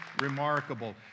remarkable